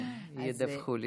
ידווחו לי.